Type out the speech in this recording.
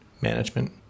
management